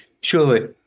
surely